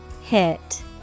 Hit